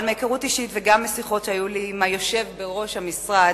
אבל מהיכרות אישית וגם משיחות שהיו לי עם היושב בראש המשרד,